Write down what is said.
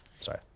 Sorry